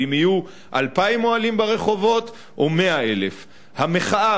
או אם יהיו 2,000 אוהלים ברחובות או 100,000. המחאה,